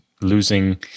losing